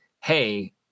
hey